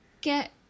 get